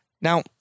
Now